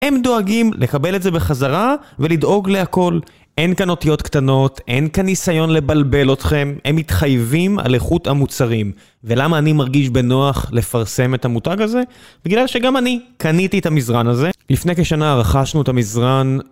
הם דואגים לקבל את זה בחזרה ולדאוג להכל. אין כאן אותיות קטנות, אין כאן ניסיון לבלבל אתכם, הם מתחייבים על איכות המוצרים. ולמה אני מרגיש בנוח לפרסם את המותג הזה? בגלל שגם אני קניתי את המזרן הזה. לפני כשנה רכשנו את המזרן.